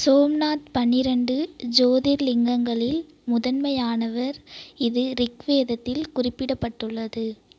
சோம்நாத் பன்னிரண்டு ஜோதிர்லிங்கங்களில் முதன்மையானவர் இது ரிக்வேதத்தில் குறிப்பிடப்பட்டுள்ளது